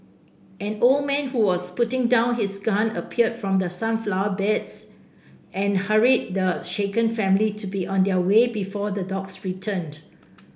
an old man who was putting down his gun appeared from the sunflower beds and hurried the shaken family to be on their way before the dogs return